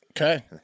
Okay